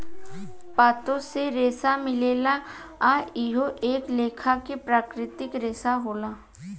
पातो से रेसा मिलेला आ इहो एक लेखा के प्राकृतिक रेसा होला